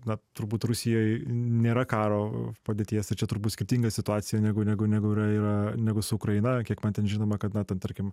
na turbūt rusijoj nėra karo padėties ir čia turbūt skirtinga situacija negu negu negu yra yra negu su ukraina kiek man ten žinoma kad na ten tarkim